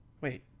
Wait